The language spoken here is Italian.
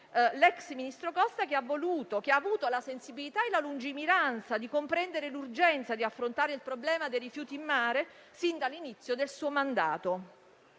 l'ex ministro Costa, che ha avuto la sensibilità e la lungimiranza di comprendere l'urgenza di affrontare il problema dei rifiuti in mare fin dall'inizio del suo mandato.